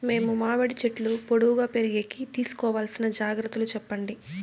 మేము మామిడి చెట్లు పొడువుగా పెరిగేకి తీసుకోవాల్సిన జాగ్రత్త లు చెప్పండి?